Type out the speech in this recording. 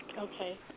Okay